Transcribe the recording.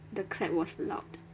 the clap was loud